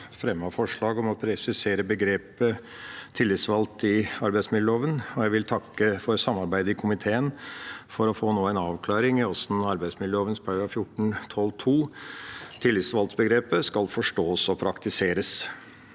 fremme forslag om å presisere begrepet «tillitsvalgt» i arbeidsmiljøloven, og jeg vil takke for samarbeidet i komiteen for å få en avklaring i hvordan arbeidsmiljøloven § 14-12 andre ledd – tillitsvalgtbegrepet – skal forstås og praktiseres.